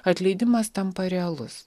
atleidimas tampa realus